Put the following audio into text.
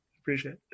Appreciate